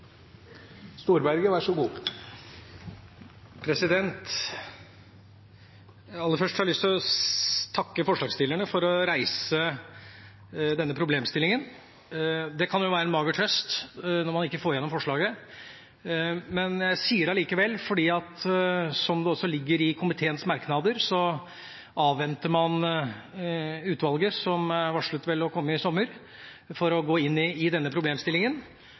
Aller først har jeg lyst til å takke forslagsstillerne for å reise denne problemstillinga. Det kan jo være en mager trøst når man ikke får gjennom forslaget, men jeg sier det allikevel, for som det også ligger i komiteens merknader, avventer man utvalgets innstilling, som vel er varslet å komme i sommer, for å gå inn i denne problemstillinga.